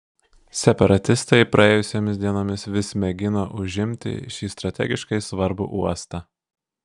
separatistai praėjusiomis dienomis vis mėgino užimti šį strategiškai svarbų uostą